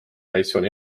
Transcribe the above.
traditsioon